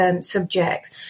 subjects